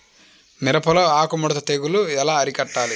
మిరపలో ఆకు ముడత తెగులు ఎలా అరికట్టాలి?